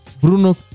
Bruno